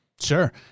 Sure